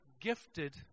gifted